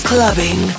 Clubbing